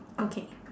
okay